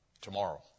Tomorrow